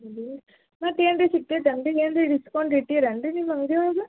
ಆಮೇಲೆ ಮತ್ತೆ ಏನ್ರಿ ಸಿಕ್ತೈತೆ ಅಂಗಡಿಗೆ ಏನರೆ ಡಿಸ್ಕೌಂಟ್ ಇಟ್ಟಿರೇನ್ರಿ ನಿಮ್ಮ ಅಂಗಡಿ ಒಳಗೆ